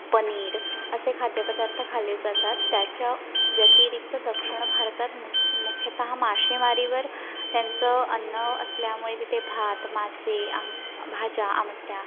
पनीर असे खाद्यपदार्थ खाल्ले जातात त्याच्या व्यतिरिक्त दक्षिण भारतात मुख मुख्यतः मासेमारीवर त्यांचं अन्न असल्यामुळे तिथे भात मासे आम भाज्या आमट्या